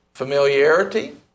familiarity